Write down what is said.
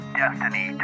destiny